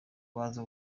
baza